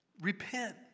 Repent